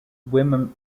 women